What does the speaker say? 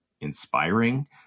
inspiring